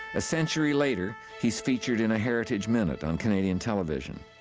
a century later, he is featured in a heritage minute on canadian television.